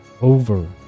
Over